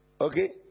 Okay